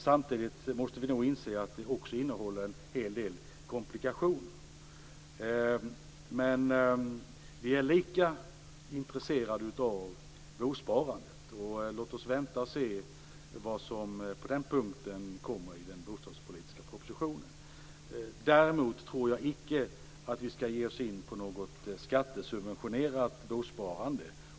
Samtidigt måste vi nog inse att det innehåller en hel del komplikationer. Erling Bager och jag är dock lika intresserade av bosparande. Låt oss därför vänta och se vad som på den punkten kommer i den bostadspolitiska propositionen. Däremot tror jag icke att vi skall ge oss in på något skattesubventionerat bosparande.